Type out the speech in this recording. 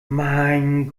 mein